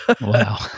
Wow